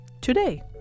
today